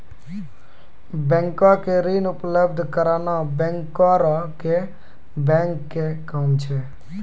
बैंको के ऋण उपलब्ध कराना बैंकरो के बैंक के काम छै